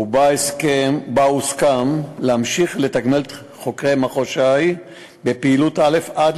ובה הוסכם להמשיך לתגמל את חוקרי מחוז ש"י בפעילות א' עד